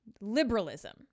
liberalism